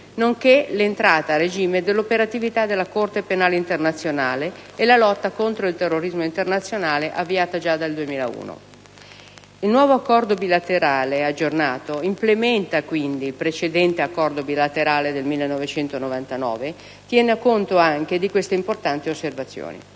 nonché l'entrata a regime dell'operatività della Corte penale internazionale e la lotta contro il terrorismo internazionale avviata dal 2001. Il nuovo Accordo bilaterale aggiornato implementa dunque il precedente del 1999 tenendo conto di queste importanti innovazioni.